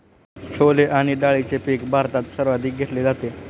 छोले आणि डाळीचे पीक भारतात सर्वाधिक घेतले जाते